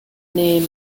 name